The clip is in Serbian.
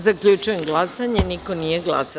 Zaključujem glasanje: niko nije glasao.